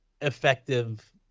effective